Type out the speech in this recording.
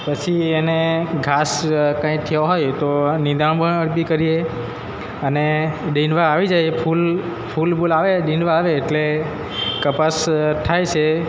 પછી એને ઘાસ કંઈ થયો હોય તો નિંદામણ બી કરીએ અને ડિનવા આવી જાય એ ફૂલ ફૂલ બુલ આવે ડિનવા આવે એટલે કપાસ થાય છે